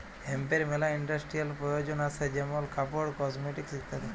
হেম্পের মেলা ইন্ডাস্ট্রিয়াল প্রয়জন আসে যেমন কাপড়, কসমেটিকস ইত্যাদি